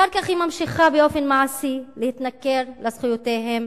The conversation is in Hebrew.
אחר כך היא ממשיכה באופן מעשי להתנכר לזכויותיהם